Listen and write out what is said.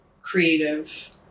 creative